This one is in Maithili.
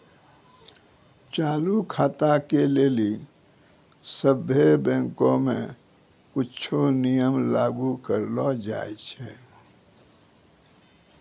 चालू खाता के लेली सभ्भे बैंको मे कुछो नियम लागू करलो जाय छै